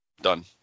Done